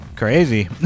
crazy